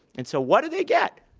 and so what do they get?